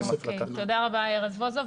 תודה רבה, חבר הכנסת רזבוזוב.